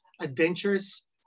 adventures